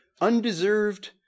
undeserved